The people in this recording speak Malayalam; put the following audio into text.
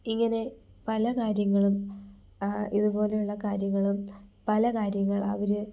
ഇങ്ങനെ പല കാര്യങ്ങളും ഇതുപോലെയുള്ള കാര്യങ്ങളും പല കാര്യങ്ങൾ അവർ